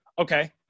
Okay